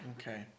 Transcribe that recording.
Okay